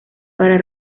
para